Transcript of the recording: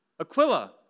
Aquila